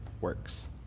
works